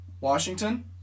Washington